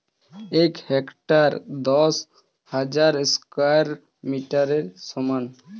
এক হেক্টার দশ হাজার স্কয়ার মিটারের সমান